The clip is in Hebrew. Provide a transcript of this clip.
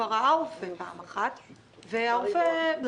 והוא רוצה ללכת לרופא אחר ולא ללכת לאותו רופא.